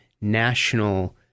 national